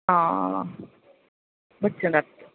हां